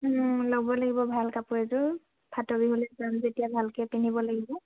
ল'ব লাগিব ভাল কাপোৰ এযোৰ ফাটৰ বিহুলৈ যাম যেতিয়া ভালকৈ পিন্ধিব লাগিব